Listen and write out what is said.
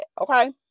okay